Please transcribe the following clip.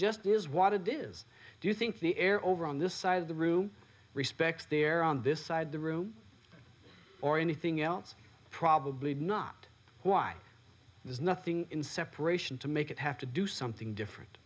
just is what it is do you think the air over on this side of the room respects there on this side the room or anything else probably not why there's nothing in separation to make it have to do something different